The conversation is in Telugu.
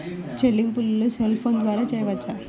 చెల్లింపులు సెల్ ఫోన్ ద్వారా చేయవచ్చా?